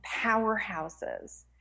powerhouses